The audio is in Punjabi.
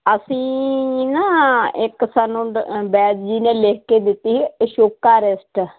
ਅਸੀਂ ਨਾ ਇੱਕ ਸਾਨੂੰ ਵੈਦ ਜੀ ਨੇ ਲਿਖ ਕੇ ਦਿੱਤੀ ਅਸ਼ੋਕਾਰਿਸ਼ਟ